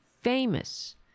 famous